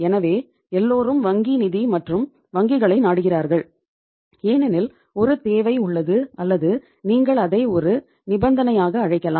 எனவே எல்லோரும் வங்கி நிதி மற்றும் வங்கிகளை நாடுகிறார்கள் ஏனெனில் ஒரு தேவை உள்ளது அல்லது நீங்கள் அதை ஒரு நிபந்தனையாக அழைக்கலாம்